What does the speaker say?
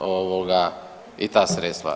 ovoga i ta sredstva.